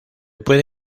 puede